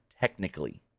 technically